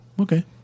Okay